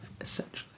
Essentially